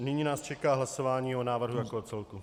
Nyní nás čeká hlasování o návrhu jako celku.